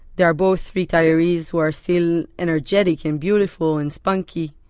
they're both retirees who are still energetic and beautiful and spunky.